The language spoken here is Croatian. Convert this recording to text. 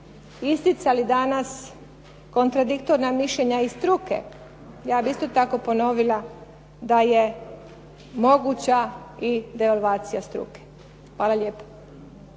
isticali danas kontradiktorna mišljenja iz struke ja bih isto tako ponovila da je moguća i devalvacija struke. Hvala lijepo.